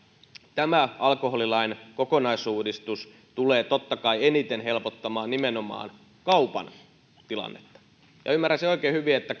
tämä alkoholilain kokonaisuudistus tulee totta kai eniten helpottamaan nimenomaan kaupan tilannetta ymmärrän oikein hyvin että